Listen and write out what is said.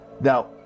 Now